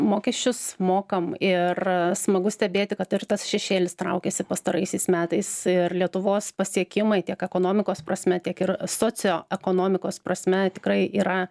mokesčius mokam ir smagu stebėti kad ir tas šešėlis traukiasi pastaraisiais metais ir lietuvos pasiekimai tiek ekonomikos prasme tiek ir socioekonomikos prasme tikrai yra